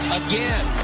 again